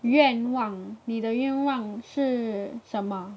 愿望你的愿望是什么